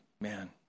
man